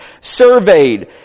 surveyed